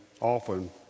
often